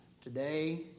today